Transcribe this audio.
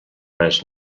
res